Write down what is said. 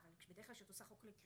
רבותיי, אני מחדש את ישיבת הכנסת.